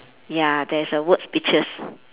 ya there is a word peaches